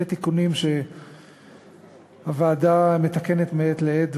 אלה תיקונים שהוועדה מתקנת מעת לעת,